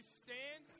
stand